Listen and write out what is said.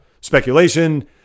speculation